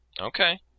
Okay